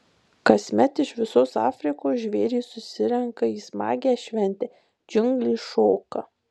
kasmet iš visos afrikos žvėrys susirenka į smagią šventę džiunglės šoka